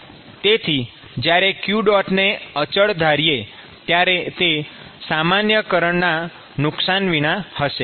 તેથી જ્યારે q ને અચળ ધારીએ ત્યારે તે સામાન્યકરણના નુકસાન વિના હશે